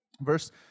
verse